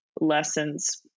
lessons